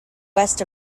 west